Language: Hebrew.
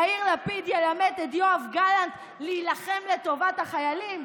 יאיר לפיד ילמד את יואב גלנט להילחם לטובת החיילים?